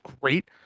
great